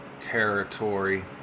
territory